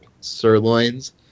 sirloins